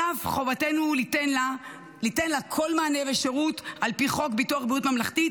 על אף חובתנו לתת לה כל מענה ושירות על פי חוק ביטוח בריאות ממלכתי,